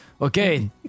Okay